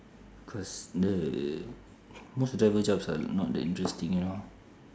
cause the most driver jobs are not that interesting you know